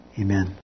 Amen